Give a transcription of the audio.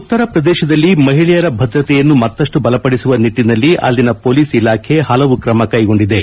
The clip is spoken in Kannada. ಉತ್ತರ ಪ್ರದೇಶದಲ್ಲಿ ಮಹಿಳೆಯರ ಭದ್ರತೆಯನ್ನು ಮತ್ತಷ್ಟು ಬಲಪದಿಸುವ ನಿಟ್ಟಿನಲ್ಲಿ ಅಲ್ಲಿನ ಪೊಲೀಸ್ ಇಲಾಖೆ ಹಲವು ಕ್ರಮ ಕೈಗೊಂಡಿವೆ